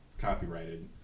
copyrighted